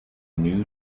new